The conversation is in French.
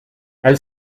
elle